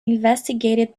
investigated